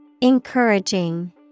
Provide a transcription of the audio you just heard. Encouraging